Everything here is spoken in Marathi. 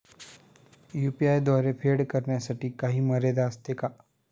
यु.पी.आय द्वारे फेड करण्यासाठी काही मर्यादा असते का?